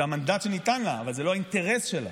זה המנדט שניתן לה, אבל זה לא האינטרס שלה